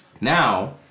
now